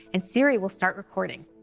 and siri will start recording.